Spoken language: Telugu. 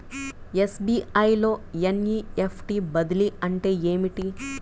ఎస్.బీ.ఐ లో ఎన్.ఈ.ఎఫ్.టీ బదిలీ అంటే ఏమిటి?